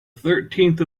thirteenth